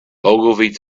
ogilvy